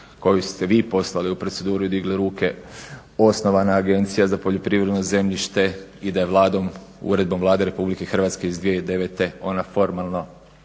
2008.koju ste vi poslali u proceduru i digli ruke osnovana Agencija za poljoprivredno zemljište i da je uredbom Vlade Republike Hrvatske iz 2009. ona formalno